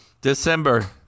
December